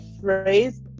phrase